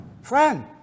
friend